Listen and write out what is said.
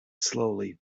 slowly